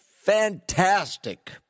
fantastic